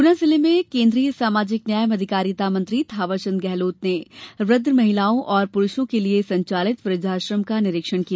गुना जिले में केन्द्रीय मंत्री सामाजिक न्याय एवं अधिकारिता मंत्रालय थावरचंद गेहलोत आकस्मिक रूप से वृद्ध महिलाओं एवं पुरूषों के लिए संचालित वृद्धाश्रम का निरीक्षण किया